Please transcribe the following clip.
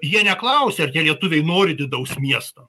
jie neklausia ar tie lietuviai nori didaus miesto